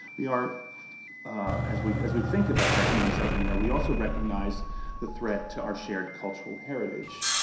we are as we as we think about that human suffering that we also recognize the threat to our shared cultural heritage.